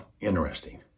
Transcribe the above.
interesting